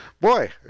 boy